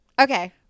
Okay